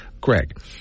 Greg